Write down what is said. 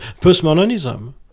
Postmodernism